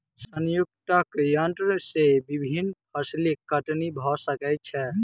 संयुक्तक यन्त्र से विभिन्न फसिलक कटनी भ सकै छै